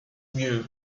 view